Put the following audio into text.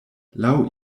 laŭ